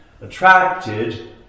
attracted